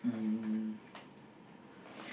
um